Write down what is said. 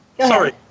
sorry